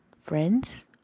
friends